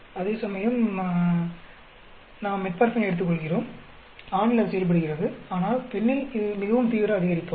அதேசமயம் நாம் மெட்ஃபோர்மினை எடுத்துக்கொள்கிறோம் ஆணில் அது செயல்படுகிறது ஆனால் பெண்ணில் இது மிகவும் தீவிர அதிகரிப்பு ஆகும்